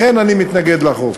לכן אני מתנגד לחוק.